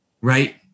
right